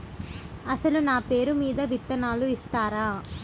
అసలు నా పేరు మీద విత్తనాలు ఇస్తారా?